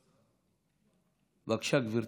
בבקשה, גברתי.